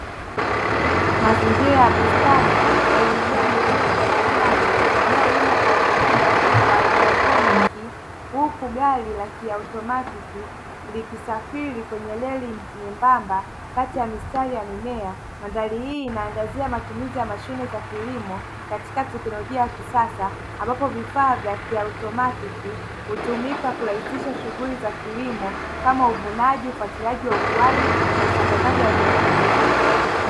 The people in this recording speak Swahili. Mazingira ya bustani yenye mimea mirefu ya kijani inayolimwa kwa mfumo wa haidroponiki huku gari la kiotomatiki likisafiri kwenye reli nyembamba kati ya mistari ya mimea. Mfumo huu unaangazia matumizi ya mashine za kilimo katika teknolojia ya kisasa, ambapo vifaa vya kiotomatiki hutumika kurahisisha shughuli za kilimo, kama uvunaji, upandikizaji wa ukuaji, na usambazaji wa virutubisho.